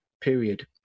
period